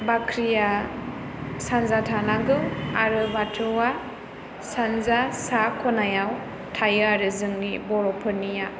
बाख्रिया सानजा थानांगौ आरो बाथौआ सानजा सा खनायाव थायो आरो जोंनि बर'फोरनिया